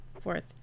fourth